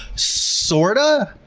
sorta.